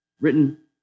Written